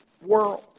world